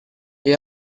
you